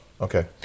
okay